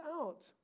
out